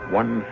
one